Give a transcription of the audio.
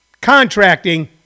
contracting